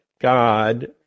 God